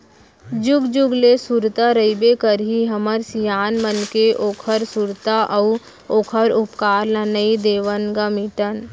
जुग जुग ले सुरता रहिबे करही हमर सियान मन के ओखर सुरता अउ ओखर उपकार ल नइ देवन ग मिटन